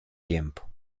tiempo